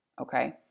Okay